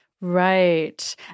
Right